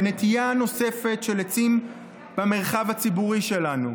בנטיעה נוספת של עצים במרחב הציבורי שלנו.